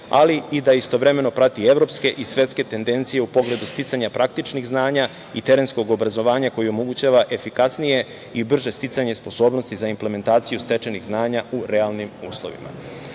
ali i da istovremeno prati evropske i svetske tendencije u pogledu sticanja praktičnih znanja i terenskog obrazovanja koji omogućava efikasnije i brže sticanje sposobnosti za implementaciju stečenih znanja u realnim uslovima. Dozvolite